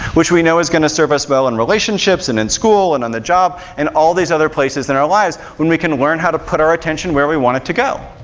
which we know is going to serve us well in relationships, and in school, and on the job, and all these other places in our lives, when we can learn how to put our attention where we want it to go.